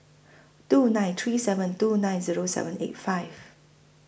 two nine three seven two nine Zero seven eight five